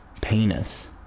penis